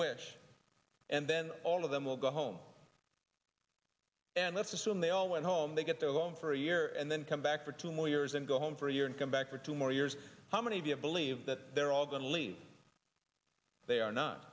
wish and then all of them will go home and let's assume they all went home they get their own for a year and then come back for two more years and go home for a year and come back for two more years how many via believe that they're all going to leave they are not